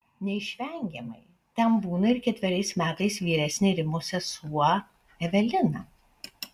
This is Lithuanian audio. neišvengiamai ten būna ir ketveriais metais vyresnė rimos sesuo evelina